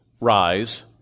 rise